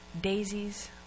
daisies